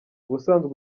ubusanzwe